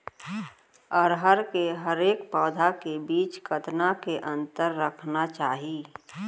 अरहर के हरेक पौधा के बीच कतना के अंतर रखना चाही?